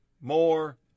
more